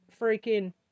freaking